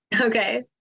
Okay